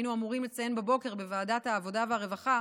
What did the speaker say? בבוקר בוועדת העבודה והרווחה